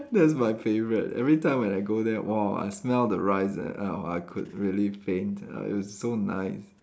that's my favourite everytime when I go there !wow! I smell the rice ah I could really faint it's so nice